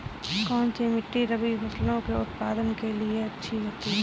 कौनसी मिट्टी रबी फसलों के उत्पादन के लिए अच्छी होती है?